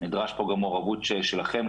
נדרשת פה גם מעורבות שלכם,